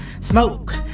Smoke